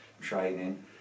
training